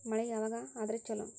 ಮಳಿ ಯಾವಾಗ ಆದರೆ ಛಲೋ?